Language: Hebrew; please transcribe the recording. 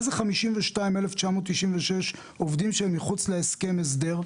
מה זה 52 אלף ו-996 עובדים שהם מחוץ להסדר?